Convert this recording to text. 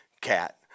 cat